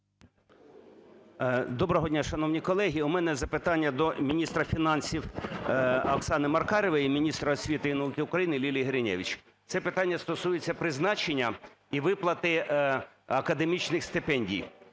Доброго дня, шановні колеги! У мене запитання до міністра фінансів Оксани Маркарової, міністра освіти і науки України Лілії Гриневич. Це питання стосується призначення і виплати академічних стипендій.